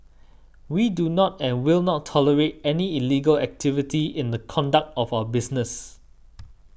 we do not and will not tolerate any illegal activity in the conduct of our business